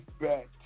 back